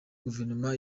guverinoma